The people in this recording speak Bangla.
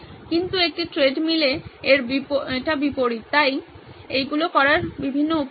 কিন্তু একটি ট্রেডমিলে এটি বিপরীত তাই এইগুলি করার বিভিন্ন উপায় রয়েছে